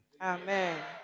Amen